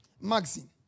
magazine